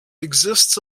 exists